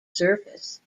surface